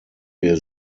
wir